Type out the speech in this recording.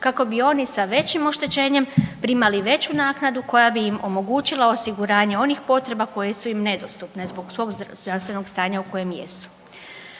kako bi oni sa većim oštećenjem primali veću naknadu koja bi im omogućila osiguranje onih potreba koje su im nedostupne zbog svog zdravstvenog stanja u kojem jesu.